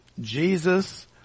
Jesus